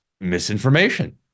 misinformation